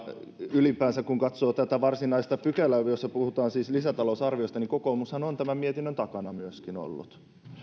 ylipäänsä kun katsoo tätä varsinaista asiaa jossa puhutaan siis lisätalousarviosta niin kokoomushan on tämän mietinnön takana myöskin ollut